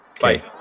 Bye